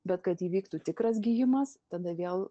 bet kad įvyktų tikras gijimas tada vėl